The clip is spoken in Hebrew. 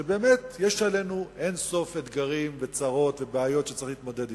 ובאמת יש לנו אין-סוף אתגרים וצרות ובעיות שצריך להתמודד אתם,